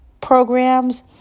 programs